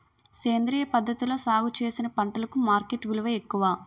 సేంద్రియ పద్ధతిలో సాగు చేసిన పంటలకు మార్కెట్ విలువ ఎక్కువ